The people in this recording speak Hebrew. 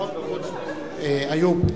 איוב.